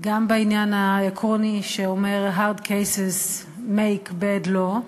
גם בעניין העקרוני שאומר Hard cases make bad law.